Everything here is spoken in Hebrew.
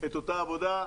את אותה עבודה.